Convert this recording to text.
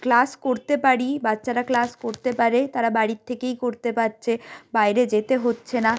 class করতে পারি বাচ্চারা ক্লাস করতে পারে তারা বাড়ির থেকেই করতে পারছে বাইরে যেতে হচ্ছে না